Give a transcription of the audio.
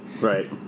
Right